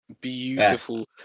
Beautiful